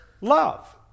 love